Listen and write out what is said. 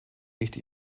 nicht